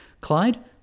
Clyde